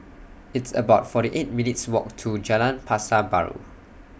It's about forty eight minutes' Walk to Jalan Pasar Baru